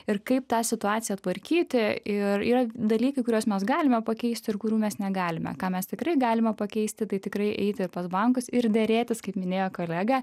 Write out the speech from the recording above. ir kaip tą situaciją tvarkyti ir yra dalykai kuriuos mes galime pakeisti ir kurių mes negalime ką mes tikrai galime pakeisti tai tikrai eiti pas bankus ir derėtis kaip minėjo kolega